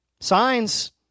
Signs